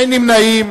אין נמנעים.